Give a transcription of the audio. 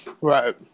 Right